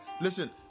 listen